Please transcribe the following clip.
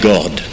God